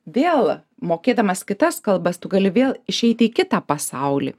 vėl mokėdamas kitas kalbas tu gali vėl išeiti į kitą pasaulį